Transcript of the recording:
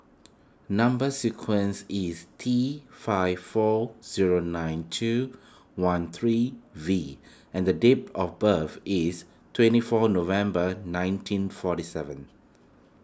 Number Sequence is T five four zero nine two one three V and date of birth is twenty four November nineteen forty seven